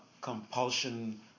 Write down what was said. compulsion